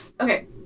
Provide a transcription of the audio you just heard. Okay